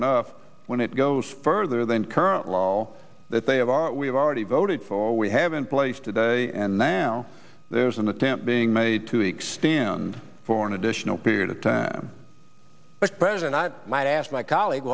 enough when it goes further than current law that they have we have already voted for we have in place today and now there's an attempt being made to expand for an additional period of time but better than i might ask my colleague